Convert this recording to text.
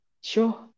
Sure